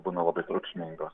būna labai triukšmingos